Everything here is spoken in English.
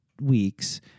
weeks